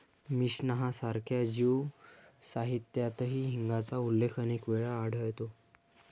Mishnah सारख्या Jew साहित्यातही हिंगाचा उल्लेख अनेक वेळा आढळतो